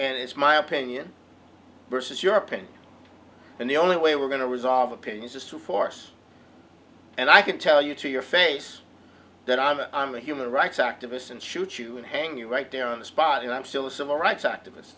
and it's my opinion versus your pain and the only way we're going to resolve opinions is to force and i can tell you to your face that i'm a i'm a human rights activist and shoot you and hang you right there on the spot you know i'm still a civil rights activist